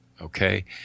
okay